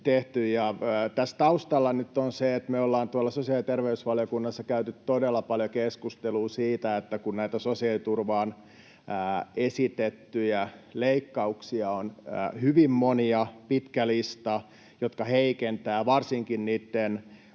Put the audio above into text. Tässä taustalla nyt on se, että me ollaan tuolla sosiaali- ja terveysvaliokunnassa käyty todella paljon keskustelua siitä, että kun näitä sosiaaliturvaan esitettyjä leikkauksia on hyvin monia, pitkä lista, jotka heikentävät varsinkin niitä